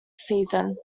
season